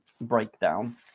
breakdown